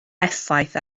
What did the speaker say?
effaith